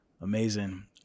amazing